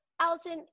allison